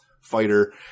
fighter